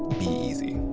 be easy